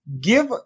give